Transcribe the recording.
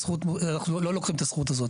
אנחנו לא לוקחים את הזכות הזאת.